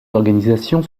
organisations